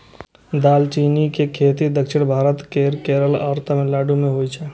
दालचीनी के खेती दक्षिण भारत केर केरल आ तमिलनाडु मे होइ छै